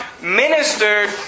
ministered